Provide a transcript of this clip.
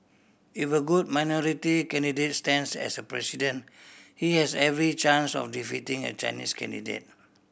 if a good minority candidate stands as President he has every chance of defeating a Chinese candidate